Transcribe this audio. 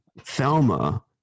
Thelma